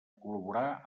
col·laborar